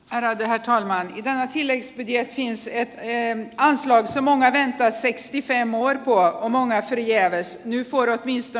raiteet ja vähätille ja sieltä ei vaan semmonen teksti teemoin vuokko monet ärade herr talman